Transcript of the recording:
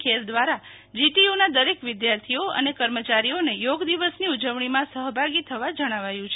ખેર દ્રારા જીટીયુના દરેક વિધાર્થીઓ અને કર્મચારીઓને યોગ દિવસની ઉજવણીમાં સહભાગી થવા જણાવ્યુ છે